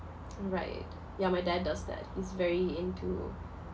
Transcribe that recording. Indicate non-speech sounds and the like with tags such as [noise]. [noise] right ya my dad does that he's very into